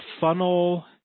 funnel